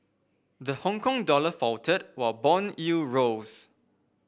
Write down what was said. the Hongkong dollar faltered while bond yields rose